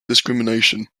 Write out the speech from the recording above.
discrimination